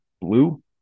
blue